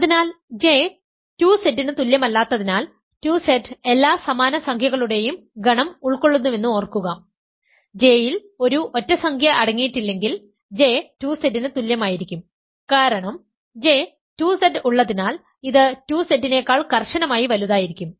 അതിനാൽ J 2Z ന് തുല്യമല്ലാത്തതിനാൽ 2Z എല്ലാ സമാന സംഖ്യകളുടെയും ഗണം ഉൾക്കൊള്ളുന്നുവെന്ന് ഓർക്കുക J ൽ ഒരു ഒറ്റ സംഖ്യ അടങ്ങിയിട്ടില്ലെങ്കിൽ J 2Z ന് തുല്യമായിരിക്കും കാരണം J 2Z ഉള്ളതിനാൽ ഇത് 2Z നേക്കാൾ കർശനമായി വലുതായിരിക്കും